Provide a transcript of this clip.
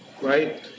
right